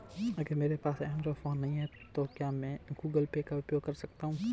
अगर मेरे पास एंड्रॉइड फोन नहीं है तो क्या मैं गूगल पे का उपयोग कर सकता हूं?